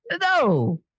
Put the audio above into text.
no